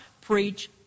preach